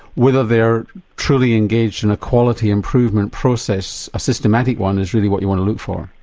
whether they're truly engaged in a quality improvement process, a systematic one, is really what you want to look for?